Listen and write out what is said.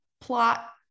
plot